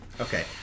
Okay